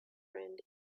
friend